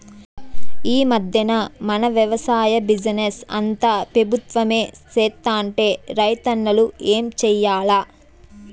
ఈ మధ్దెన మన వెవసాయ బిజినెస్ అంతా పెబుత్వమే సేత్తంటే రైతన్నలు ఏం చేయాల్ల